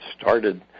started